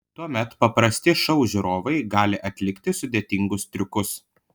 tuomet paprasti šou žiūrovai gali atlikti sudėtingus triukus